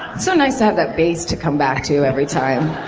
so nice to have that base to come back to every time.